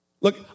Look